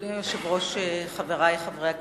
אדוני היושב-ראש, חברי חברי הכנסת,